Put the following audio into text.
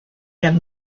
him